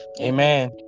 Amen